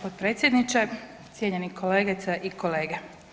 potpredsjedniče, cijenjeni kolegice i kolege.